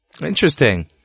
Interesting